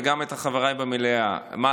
וגם את חבריי במליאה: מה,